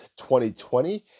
2020